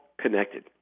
connected